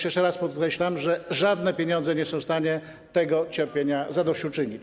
Jeszcze raz podkreślam, że żadne pieniądze nie są w stanie temu cierpieniu zadośćuczynić.